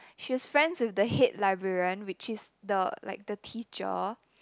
she was friends with the head librarian which is the like the teacher